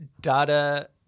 data